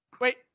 Wait